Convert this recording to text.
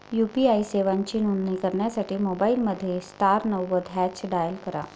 UPI सेवांची नोंदणी करण्यासाठी मोबाईलमध्ये स्टार नव्वद हॅच डायल करा